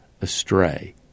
astray